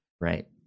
Right